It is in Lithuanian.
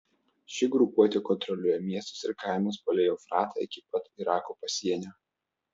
ši grupuotė kontroliuoja miestus ir kaimus palei eufratą iki pat irako pasienio